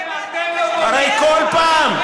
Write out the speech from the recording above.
הרי כל פעם,